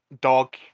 Dog